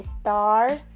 star